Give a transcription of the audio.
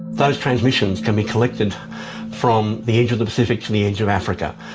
those transmissions can be collected from the edge of the pacific to the edge of africa.